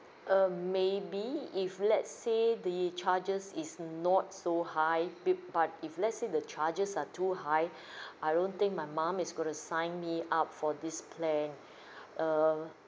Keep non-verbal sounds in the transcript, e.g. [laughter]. um maybe if let's say the charges is not so high bit but if let's say the charges are too high [breath] I don't think my mum is going to sign me up for this plan [breath] err